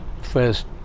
first